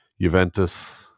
Juventus